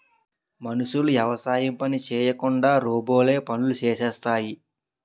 మనుషులు యవసాయం పని చేయకుండా రోబోలే పనులు చేసేస్తాయి